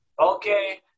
okay